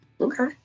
okay